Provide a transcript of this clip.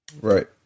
Right